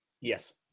Yes